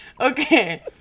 okay